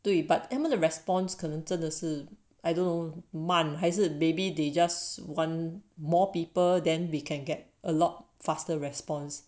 对 but even the response 可能真的是 I don't know 慢还是 maybe they just want more people than we can get a lot faster response